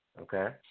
okay